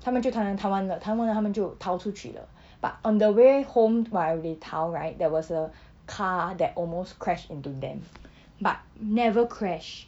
他们就弹弹弹完了弹完了他们就逃出去了 but on the way home while they 逃 right there was a car that almost crash into them but never crash